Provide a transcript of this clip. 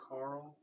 Carl